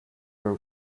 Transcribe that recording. your